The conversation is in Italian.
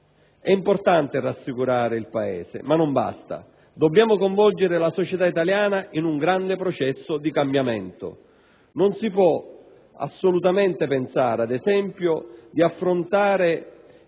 È importante rassicurare il Paese, ma non basta. Dobbiamo coinvolgere la società italiana in un grande processo di cambiamento. Non si può assolutamente pensare, ad esempio, di essere